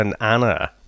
Anna